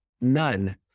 none